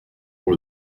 pour